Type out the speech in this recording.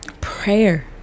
prayer